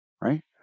right